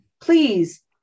please